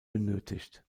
benötigt